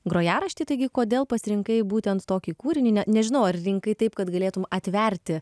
grojaraštį taigi kodėl pasirinkai būtent tokį kūrinį ne nežinau ar rinkai taip kad galėtum atverti